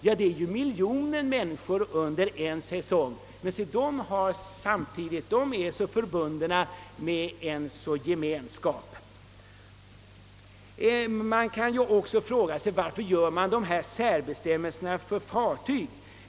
Jo, det är miljoner människor under en säsong, och de anses alltså vara förbundna i en gemenskap. Varför gäller dessa särbestämmelser för fartyg?